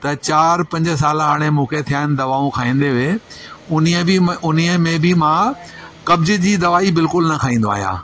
त चारि पंज साल हाणे मूंखे थिया आहिनि दवाऊं खाईंदे हुए उन्हीअ बि उन्हीअ में बि मां कब्ज जी दवाई बिल्कुलु न खाईंदो आहियां